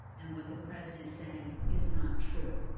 and what the president is saying is not true.